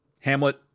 Hamlet